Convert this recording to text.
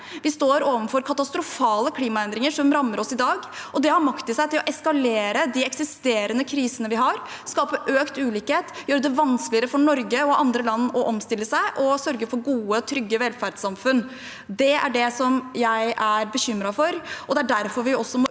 Vi står overfor katastrofale klimaendringer, som rammer oss i dag, og det har makt i seg til å eskalere de eksisterende krisene vi har, skape økt ulikhet og gjøre det vanskeligere for Norge og andre land å omstille seg og sørge for gode, trygge velferdssamfunn. Det er det jeg er bekymret for, og det er derfor vi også må ut